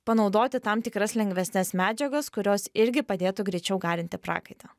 panaudoti tam tikras lengvesnes medžiagas kurios irgi padėtų greičiau garinti prakaitą